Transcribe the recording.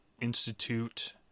institute